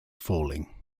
falling